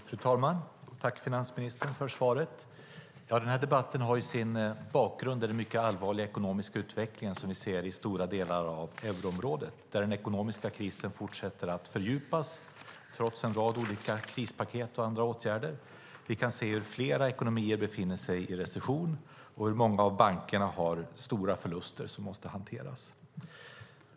Fru talman! Jag tackar finansministern för svaret. Denna debatt har sin bakgrund i den mycket allvarliga ekonomiska utveckling vi ser i stora delar av euroområdet, där den ekonomiska krisen fortsätter att fördjupas trots en rad olika krispaket och andra åtgärder. Vi kan se att flera ekonomier befinner sig i recession och att många av bankerna har stora förluster som måste hanteras.